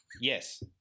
Yes